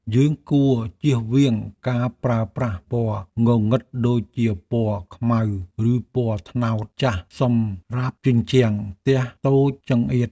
យើងគួរចៀសវាងការប្រើប្រាស់ពណ៌ងងឹតដូចជាពណ៌ខ្មៅឬពណ៌ត្នោតចាស់សម្រាប់ជញ្ជាំងផ្ទះតូចចង្អៀត។